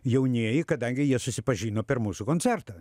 jaunieji kadangi jie susipažino per mūsų koncertą